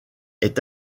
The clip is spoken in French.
est